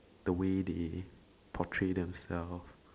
the way they portray themself